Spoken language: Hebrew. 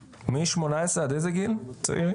מ-18 עד איזה גיל צעירים?